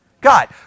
God